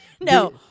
No